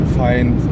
find